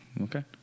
Okay